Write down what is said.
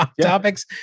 topics